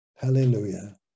Hallelujah